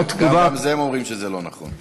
לאור תגובת, גם על זה הם אומרים שזה לא נכון.